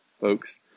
folks